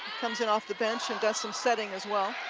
comes in off the bench and does some setting as well.